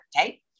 okay